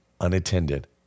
unattended